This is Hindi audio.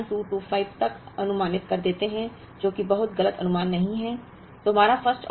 इसे लगभग 1225 तक अनुमानित कर देते हैं जो कि बहुत गलत अनुमान नहीं है